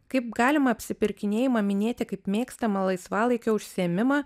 kaip galima apsipirkinėjimą minėti kaip mėgstamą laisvalaikio užsiėmimą